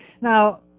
Now